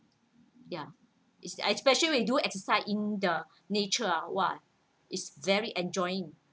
ya it's I especially do exercise in the nature !wah! is very enjoying